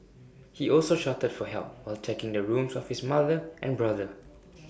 he also shouted for help while checking the rooms of his mother and brother